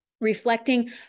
reflecting